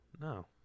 No